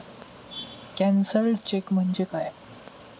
Cancelled cheque म्हणजे काय?